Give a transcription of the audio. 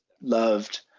loved